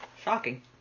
Shocking